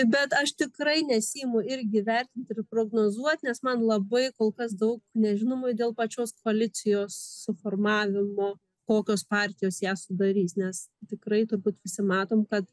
bet aš tikrai nesiimu irgi vertinti ir prognozuot nes man labai kol kas daug nežinomųjų dėl pačios koalicijos suformavimo kokios partijos ją sudarys nes tikrai turbūt visi matom kad